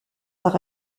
par